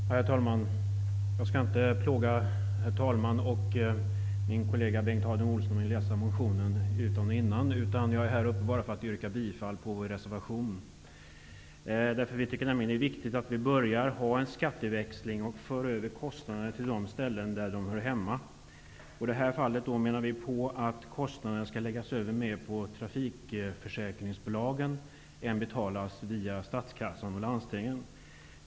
Herr talman! Jag skall inte plåga herr talmannen och min kollega Bengt Harding Olson med att läsa upp vår motion från början till slut, utan jag har begärt ordet bara för att yrka bifall till reservationen. Vi tycker att det är viktigt att börja genomföra en skatteväxling, genom vilken man för över kostnaderna till de ställen där de hör hemma. Vi menar i detta fall att kostnaderna för trafikskadorna mera skall betalas av trafikförsäkringsbolagen än av statskassan och landstingen.